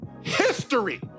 history